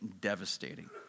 devastating